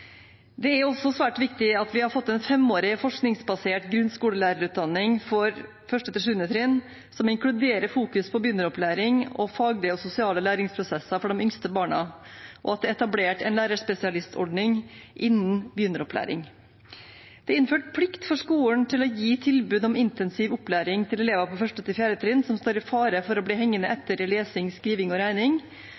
Det er også svært viktig at vi har fått en femårig, forskningsbasert grunnskolelærerutdanning for 1.–7. trinn, som inkluderer fokus på begynneropplæring og faglige og sosiale læringsprosesser for de yngste barna, og at det er etablert en lærerspesialistordning innen begynneropplæring. Det er innført plikt for skolen til å gi tilbud om intensiv opplæring til elever på 1.–4. trinn som står i fare for å bli hengende